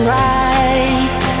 right